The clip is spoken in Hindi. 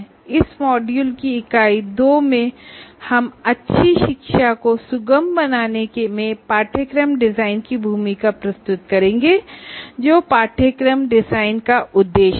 इस मॉड्यूल की इकाई 2 में हम शिक्षा को सुगम बनाने में कोर्स डिजाइन की भूमिका प्रस्तुत करेंगे जो कोर्स डिजाइन का उद्देश्य है